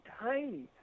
tiny